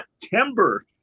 September